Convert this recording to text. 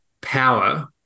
power